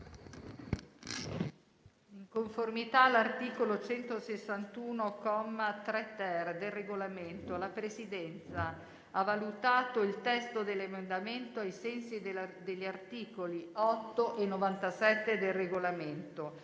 In conformità all'articolo 161, comma 3-*ter*, del Regolamento, la Presidenza ha valutato il testo dell'emendamento, ai sensi degli articoli 8 e 97 del Regolamento.